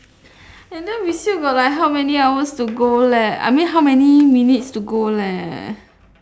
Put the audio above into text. and then we still got like how many hours to go leh I mean how many minutes to go leh